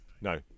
No